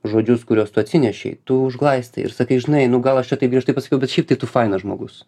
žodžius kuriuos tu atsinešei tu užglaistai ir sakai žinai nu gal aš čia taip griežtai pasakiau bet šiaip tai tu fainas žmogus